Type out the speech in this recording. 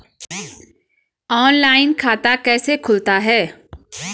Online खाता कैसे खुलता है?